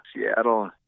Seattle